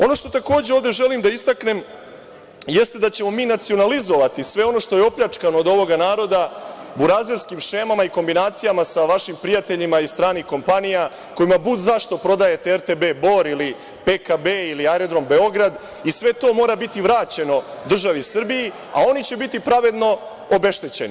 Ono što takođe ovde želim da istaknem jeste da ćemo mi nacionalizovati sve ono što je opljačkano od ovog naroda burazerskim šemama i kombinacijama sa vašim prijateljima iz stranih kompanija, kojima budzašto prodajete RTB Bor ili PKB ili Aerodrom Beograd i sve to mora biti vraćeno državi Srbiji, a oni će biti pravedno obeštećeni.